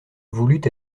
voulut